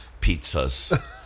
pizzas